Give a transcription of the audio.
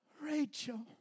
Rachel